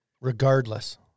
Regardless